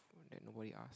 even that nobody ask